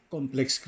Complex